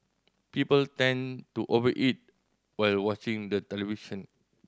people tend to over eat while watching the television